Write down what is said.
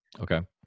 Okay